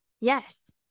yes